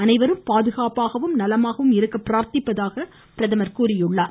அனைவரும் பாதுகாப்பாகவும் நலமாகவும் இருக்க பிரார்த்திப்பதாக பிரதமர் தெரிவித்துள்ளார்